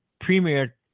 premier